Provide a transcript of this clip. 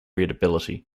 readability